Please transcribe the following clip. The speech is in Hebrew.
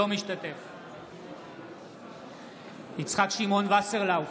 אינו משתתף בהצבעה יצחק שמעון וסרלאוף,